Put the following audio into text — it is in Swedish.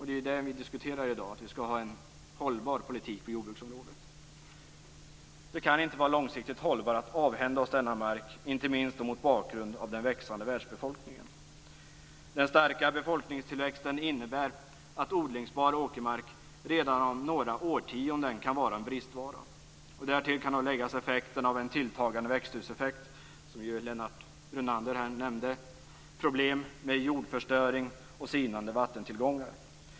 Det är det vi diskuterar i dag. Vi skall ha en hållbar politik på jordbruksområdet. Det kan inte vara långsiktigt hållbart att avhända oss denna mark, inte minst mot bakgrund av den växande världsbefolkningen. Den starka befolkningstillväxten innebär att odlingsbar åkermark redan om några årtionden kan vara en bristvara. Därtill kan läggas verkningarna av en tilltagande växthuseffekt, som Lennart Brunander nämnde, problem med jordförstöring och sinande vattentillgångar.